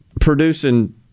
producing